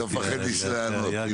אתה מפחד לענות.